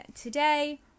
today